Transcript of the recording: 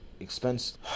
Expense